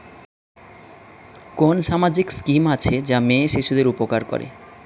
কোন সামাজিক স্কিম আছে যা মেয়ে শিশুদের উপকার করে?